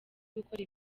gukora